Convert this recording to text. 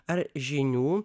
ar žinių